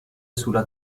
sulla